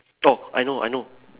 oh I know I know